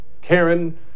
Karen